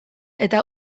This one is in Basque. eta